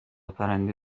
پرنده